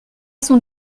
sont